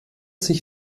sich